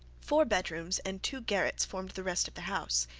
four bed-rooms and two garrets formed the rest of the house.